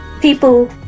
People